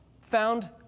found